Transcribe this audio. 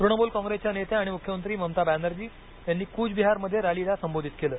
तृणमूल काँग्रेसच्या नेत्या आणि मुख्यमंत्री ममता बॅनर्जी यांनी कूचबिहार मध्ये रॅलीला संबोधित केलं